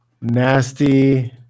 nasty